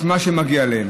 את מה שמגיע להן.